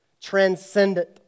transcendent